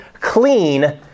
clean